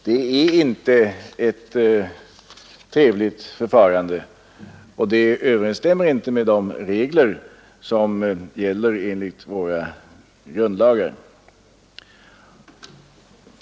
Detta är inte något trevligt förfaringssätt, och det överensstämmer inte med de regler som gäller enligt våra grundlagar.